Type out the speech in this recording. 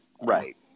Right